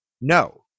No